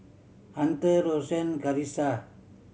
Hunter Rosann Karissa